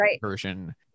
version